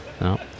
No